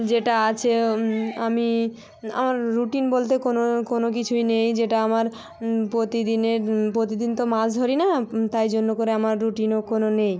যেটা আছে আমি আমার রুটিন বলতে কোনো কোনো কিছুই নেই যেটা আমার প্রতিদিনের প্রতিদিন তো মাছ ধরি না তাই জন্য করে আমার রুটিনও কোনো নেই